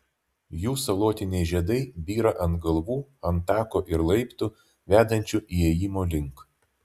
jų salotiniai žiedai byra ant galvų ant tako ir laiptų vedančių įėjimo link